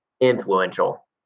influential